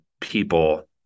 people